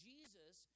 Jesus